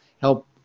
help